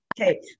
okay